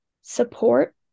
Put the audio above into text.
support